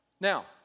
Now